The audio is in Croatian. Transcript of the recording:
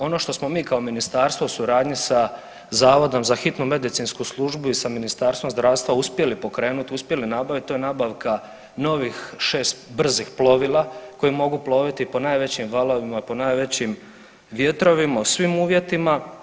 Ono što smo mi kao ministarstvo u suradnji sa Zavodom za hitnu medicinsku službu i sa Ministarstvom zdravstva uspjeli pokrenuti, uspjeli nabaviti to je nabavka novih šest brzih plovila koji mogu ploviti po najvećim valovima, po najvećim vjetrovima u svim uvjetima.